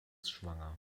schwanger